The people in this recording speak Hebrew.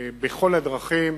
בכל הדרכים